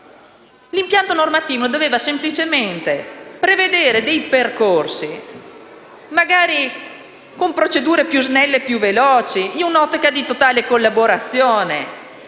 l'impianto normativo doveva semplicemente prevedere percorsi sanitari, magari con procedure più snelle, in un'ottica di totale collaborazione